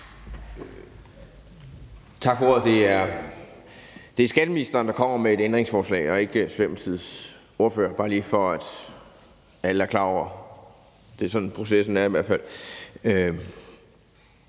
Tak for ordet. Det er skatteministeren, der kommer med et ændringsforslag, og ikke Socialdemokratiets ordfører. Det er bare lige, for at alle er klar over, at det er sådan, processen er, i hvert fald.